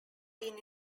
been